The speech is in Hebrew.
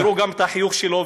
שיראו גם את החיוך שלו,